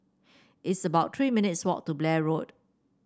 it's about Three minutes' walk to Blair Road